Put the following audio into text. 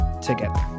together